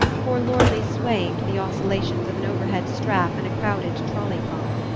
forlornly swaying to the oscillations of an overhead strap in a crowded trolley-car.